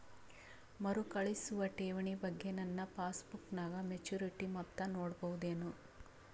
ಮರುಕಳಿಸುವ ಠೇವಣಿ ಬಗ್ಗೆ ನನ್ನ ಪಾಸ್ಬುಕ್ ನಾಗ ಮೆಚ್ಯೂರಿಟಿ ಮೊತ್ತ ನೋಡಬಹುದೆನು?